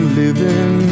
living